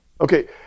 Okay